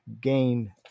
gain